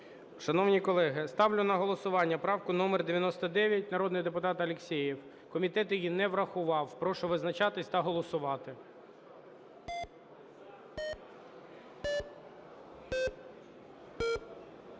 Шановні колеги, ставлю на голосування правку номер 99 народного депутата Алєксєєва. Комітет її не врахував. Прошу визначатись та голосувати.